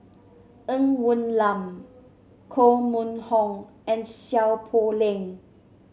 Ng Woon Lam Koh Mun Hong and Seow Poh Leng